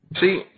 See